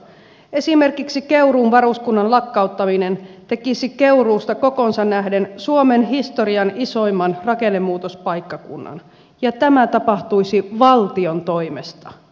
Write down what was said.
esimerkiksi keuruun varuskunnan lakkauttaminen tekisi keuruusta kokoonsa nähden suomen historian isoimman rakennemuutospaikkakunnan ja tämä tapahtuisi valtion toimesta